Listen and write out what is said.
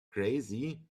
crazy